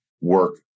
work